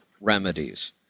remedies